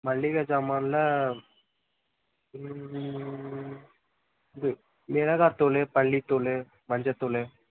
மளிக ஜாமானில் இது மிளகாத் தூள் பல்லித் தூளு மஞ்சத் தூள்